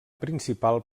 principal